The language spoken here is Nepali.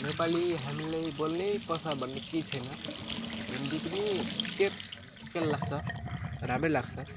नेपाली हामीलाई बोल्नैपर्छ भन्ने केही छैन हिन्दी पनि ठिकै ठिकै लाग्छ राम्रै लाग्छ